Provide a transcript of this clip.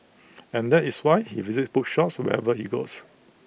and that is why he visits bookshops wherever he goes